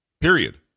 Period